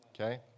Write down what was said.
Okay